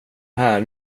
här